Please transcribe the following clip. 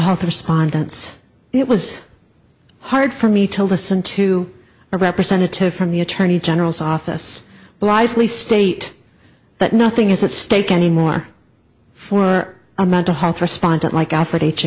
have the respondents it was hard for me to listen to a representative from the attorney general's office blithely state but nothing is at stake anymore for a mental health respondent like africa h